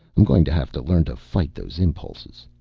i'm going to have to learn to fight those impulses.